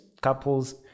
Couples